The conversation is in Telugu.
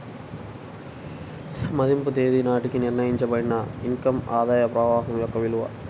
మదింపు తేదీ నాటికి నిర్ణయించబడిన ఇన్ కమ్ ఆదాయ ప్రవాహం యొక్క విలువ